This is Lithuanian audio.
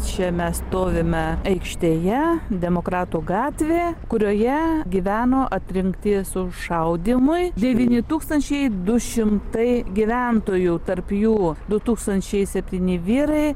čia mes stovime aikštėje demokratų gatvė kurioje gyveno atrinkti sušaudymui devyni tūkstančiai du šimtai gyventojų tarp jų du tūkstančiai septyni vyrai